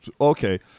Okay